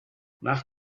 nach